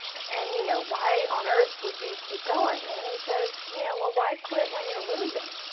and you know why on earth would you keep going? and then he says, you know well why quit when you're losing?